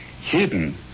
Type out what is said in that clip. hidden